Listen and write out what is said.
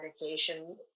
medication